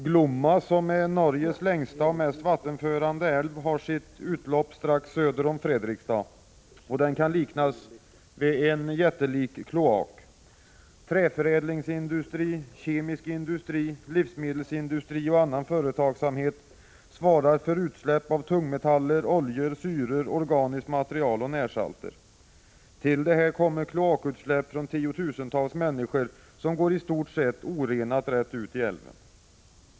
Glomma, som är Norges längsta och mest vattenförande älv och har sitt utlopp strax söder om Fredrikstad, kan liknas vid en jättelik kloak. Träförädlingsindustri, kemisk industri, livsmedelsindustri och andra företag svarar för utsläpp av tungmetaller, oljor, syror, organiskt material och närsalter. Till detta kommer kloakutsläpp från tiotusentals människor, utsläpp som i stort sett orenat går rakt ut i älven.